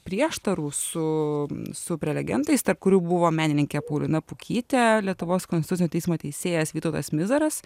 prieštarų su su prelegentais tarp kurių buvo menininkė paulina pukytė lietuvos konstitucinio teismo teisėjas vytautas mizaras